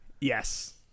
Yes